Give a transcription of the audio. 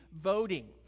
voting